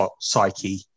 psyche